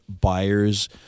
buyers